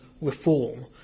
reform